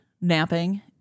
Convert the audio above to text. napping